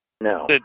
No